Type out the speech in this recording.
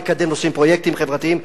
כדי לקדם פרויקטים חברתיים.